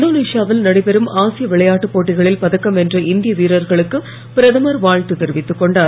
இந்தோனேஷியாவில் நடைபெறும் ஆசிய விளையாட்டு போட்டிகளில் பதக்கம் வென்ற இந்திய வீரர்களுக்கு பிரதமர் வாழ்த்து தெரிவித்து கொண்டார்